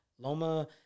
Loma